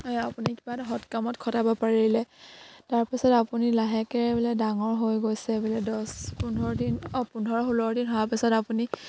আপুনি কিবা এটা সৎ কামত খটাব পাৰিলে তাৰপিছত আপুনি লাহেকে বোলে ডাঙৰ হৈ গৈছে বোলে দছ পোন্ধৰ দিন অঁ পোন্ধৰ ষোল্ল দিন হোৱাৰ পিছত আপুনি